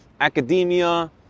Academia